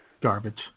Garbage